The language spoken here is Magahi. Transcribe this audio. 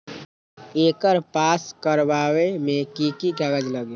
एकर पास करवावे मे की की कागज लगी?